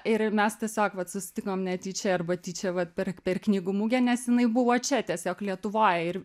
ir mes tiesiog vat susitikom netyčia arba tyčia vat per per knygų mugę nes jinai buvo čia tiesiog lietuvoj ir